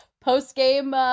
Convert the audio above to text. post-game